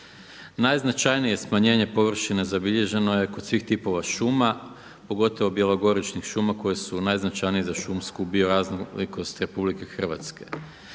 Najznačajnije smanjenje površina zabilježeno je kod svih tipova šuma pogotovo bjelogoričnih šuma koje su najznačajnije za šumsku bioraznolikost RH. Mi se